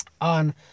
on